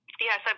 Yes